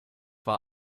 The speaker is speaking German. war